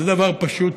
זה דבר פשוט,